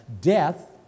death